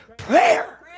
prayer